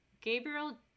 Gabriel